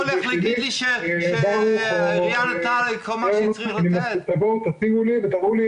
אני אומר שראש העיר נעמד כאן בגופו וחוסם את